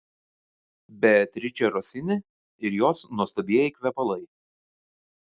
beatričė rosini ir jos nuostabieji kvepalai